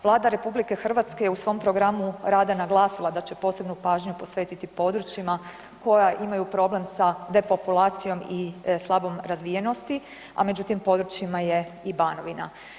Vlada RH je u svom programu rada naglasila da će posebnu pažnju posvetiti područjima koja imaju problem sa depopulacijom i slabom razvijenosti, a među tim područjima je i Banovina.